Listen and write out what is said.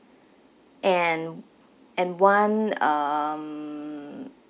and and one um